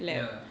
ya